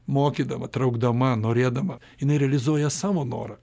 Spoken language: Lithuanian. mokydama traukdama norėdama jinai realizuoja savo norą